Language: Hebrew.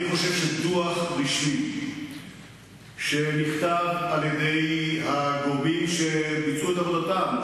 אני חושב שדוח רשמי שנכתב על-ידי הגורמים שביצעו את עבודתם,